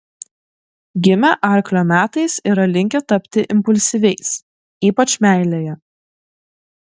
gimę arklio metais yra linkę tapti impulsyviais ypač meilėje